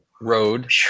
road